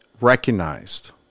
recognized